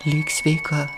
lik sveika